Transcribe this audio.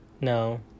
No